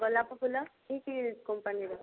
ଗୋଲାପଫୁଲ କି କି କମ୍ପାନୀର